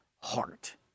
heart